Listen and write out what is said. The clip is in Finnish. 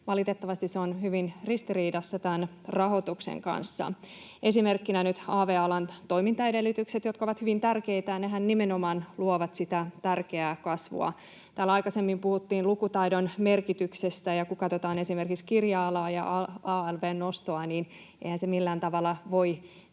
kirjauksia, se on hyvin ristiriidassa tämän rahoituksen kanssa. Esimerkkinä nyt av-alan toimintaedellytykset, jotka ovat hyvin tärkeitä, ja nehän nimenomaan luovat sitä tärkeää kasvua. Täällä aikaisemmin puhuttiin lukutaidon merkityksestä, ja kun katsotaan esimerkiksi kirja-alan alv:n nostoa, niin eihän se millään tavalla voi sitä